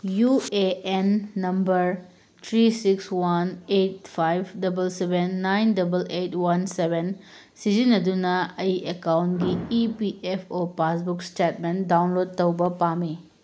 U A N number three six one eight five double seven nine double eight one seven ꯁꯤꯖꯤꯟꯅꯗꯨꯅ ꯑꯩ ꯑꯦꯛꯀꯥꯎꯟꯒꯤ E P F O passbook statement download ꯇꯧꯕ ꯄꯥꯝꯃꯤ